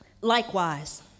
likewise